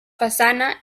façana